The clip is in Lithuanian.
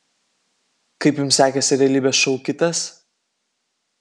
kaip jums sekėsi realybės šou kitas